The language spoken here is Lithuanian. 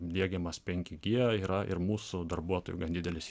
diegiamas penki g yra ir mūsų darbuotojų gan didelis